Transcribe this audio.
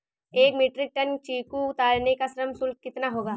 एक metric tonne चीकू उतारने का श्रम शुल्क कितना होगा?